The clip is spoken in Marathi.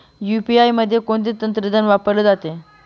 यू.पी.आय मध्ये कोणते तंत्रज्ञान वापरले जाते?